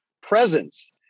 presence